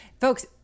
Folks